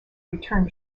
returned